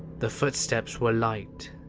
the footsteps were light,